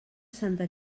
santa